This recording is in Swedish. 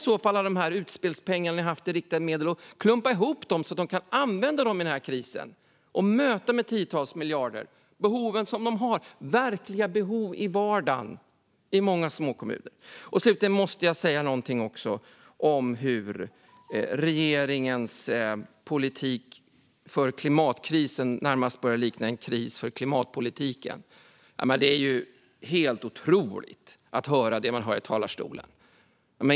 Ta utspelspengarna till riktade medel som ni har haft och klumpa ihop dem så att de kan användas i den här krisen och möta behoven på tiotals miljarder. Det handlar om verkliga behov i vardagen i många små kommuner. Slutligen måste jag också säga någonting om hur regeringens politik för klimatkrisen närmast börjar likna en kris för klimatpolitiken. Det man hör från talarstolen är helt otroligt.